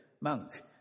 monk